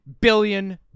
billion